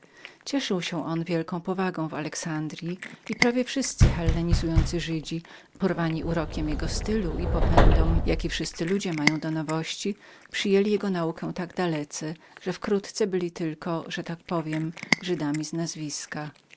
klaudyuszu używał on wielkiej powagi w alexandryi i prawie wszyscy żydzi pogreczeni porwani urokiem jego stylu i popędem jaki wszyscy ludzie mają do nowości przyjęli jego naukę tak dalece że wkrótce byli tylko że tak powiem żydami z nazwiska